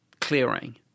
clearing